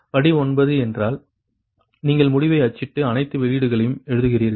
படி 9 என்றால் நீங்கள் முடிவை அச்சிட்டு அனைத்து வெளியீடுகளையும் எழுதுகிறீர்கள்